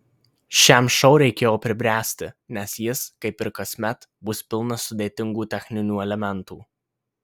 šiam šou reikėjo pribręsti nes jis kaip ir kasmet bus pilnas sudėtingų techninių elementų